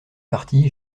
partie